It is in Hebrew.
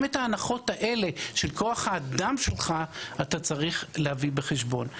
גם את ההנחות האלה של כוח האדם שלך אתה צריך להביא בחשבון.